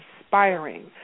inspiring